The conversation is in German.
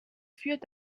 führt